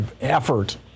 effort